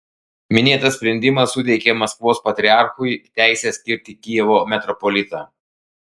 minėtas sprendimas suteikė maskvos patriarchui teisę skirti kijevo metropolitą